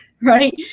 Right